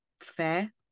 fair